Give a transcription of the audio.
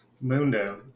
Mundo